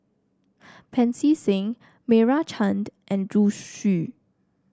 Pancy Seng Meira Chand and Zhu Xu